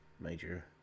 major